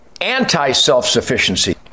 anti-self-sufficiency